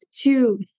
two